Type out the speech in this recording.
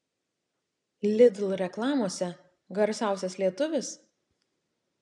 lidl reklamose garsiausias lietuvis